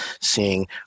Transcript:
seeing